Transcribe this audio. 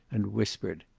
and whispered.